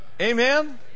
amen